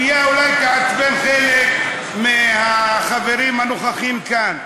אני רק רוצה להציג סוגיה שאולי תעצבן חלק מהחברים הנוכחים כאן.